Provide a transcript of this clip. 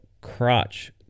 crotch